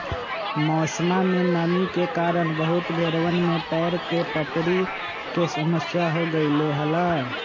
मौसमा में नमी के कारण बहुत भेड़वन में पैर के पपड़ी के समस्या हो गईले हल